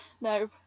No